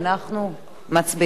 אנחנו מצביעים.